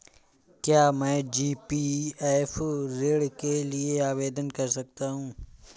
क्या मैं जी.पी.एफ ऋण के लिए आवेदन कर सकता हूँ?